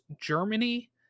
Germany